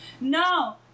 no